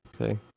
Okay